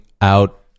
out